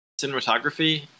cinematography